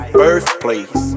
birthplace